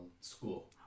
school